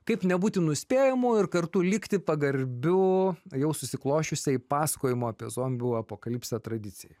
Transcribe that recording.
kaip nebūti nuspėjamu ir kartu likti pagarbiu jau susiklosčiusiai pasakojimo apie zombių apokalipsę tradicijai